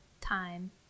time